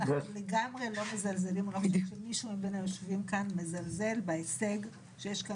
אנחנו ומישהו מבין היושבים כאן לגמרי לא מזלזל בהישג שיש כאן.